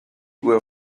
were